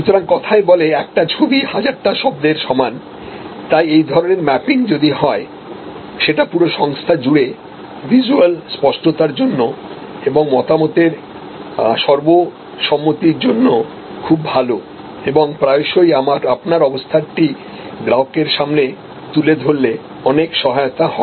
সুতরাং কথায় বলে একটা ছবি হাজারটা শব্দের সমান তাই এই ধরণের ম্যাপিং যদি হয় সেটা পুরো সংস্থা জুড়ে ভিজ্যুয়াল স্পষ্টতারজন্য এবং মতামতের সর্বসম্মতি জন্য খুব ভালোএবং প্রায়শই আপনার অবস্থানটি গ্রাহকদের সামনে তুলে ধরলে অনেক সহায়তা হয়